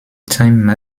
time